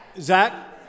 Zach